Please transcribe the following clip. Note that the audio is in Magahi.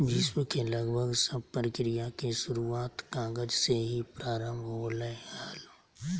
विश्व के लगभग सब प्रक्रिया के शुरूआत कागज से ही प्रारम्भ होलय हल